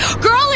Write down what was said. Girl